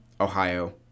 Ohio